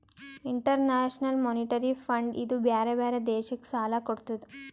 international monetary fund ಇದೂ ಬ್ಯಾರೆ ಬ್ಯಾರೆ ದೇಶಕ್ ಸಾಲಾ ಕೊಡ್ತುದ್